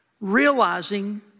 Realizing